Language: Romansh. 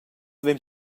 vein